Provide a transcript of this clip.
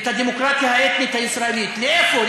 את הדמוקרטיה האתנית הישראלית, לאיפה?